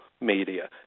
media